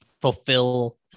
fulfill